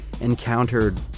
encountered